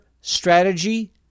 strategy